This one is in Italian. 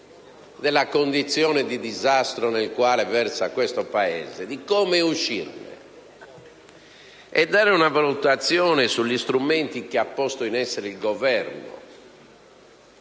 della condizione di disastro nella quale versa questo Paese, di come uscirne e dare una valutazione sugli strumenti che ha posto in essere il Governo,